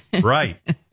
Right